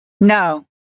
No